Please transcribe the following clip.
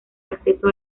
acceso